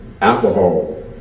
alcohol